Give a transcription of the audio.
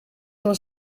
was